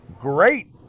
Great